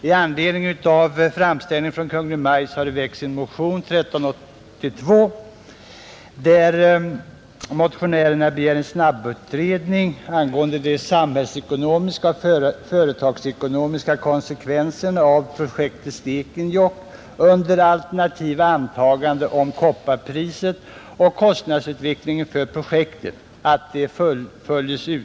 I anledning av framställning från Kungl. Maj:t har det väckts en motion, nr 1382, i vilken motionärerna begär en snabbutredning angående de samhällsekonomiska och företagsekonomiska konsekvenserna av projektet under alternativa antaganden om kopparpriset och kostnadsutvecklingen för projektet.